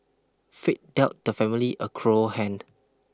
fate dealt the family a cruel hand